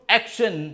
action